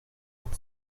but